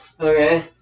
Okay